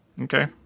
Okay